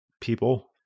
people